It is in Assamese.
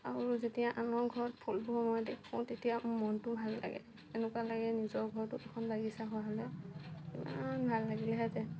আৰু যেতিয়া আনৰ ঘৰত ফুলবোৰ মই দেখোঁ তেতিয়া মোৰ মনটোও ভাল লাগে এনেকুৱা লাগে নিজৰ ঘৰতো এখন বাগিচা হোৱা হ'লে কিমান ভাল লাগিলেহেঁতেন